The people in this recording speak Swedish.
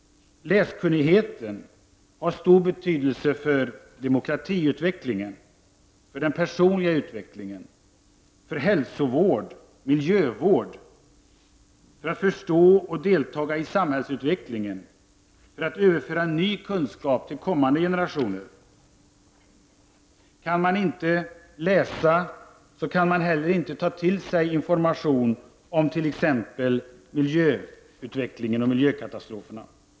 Läskunnigheten har stor betydelse för + att förstå och delta i samhälllsutvecklingen och för att " överföra ny kunskap till barnen. Kan man inte läsa, kan man inte heller ta till sig information om miljöutveckling och miljökatastrofer.